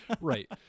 Right